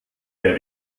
der